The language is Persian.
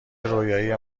رویایی